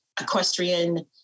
equestrian